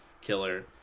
killer